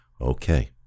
okay